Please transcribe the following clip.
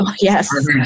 Yes